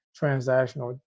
transactional